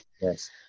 yes